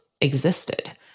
existed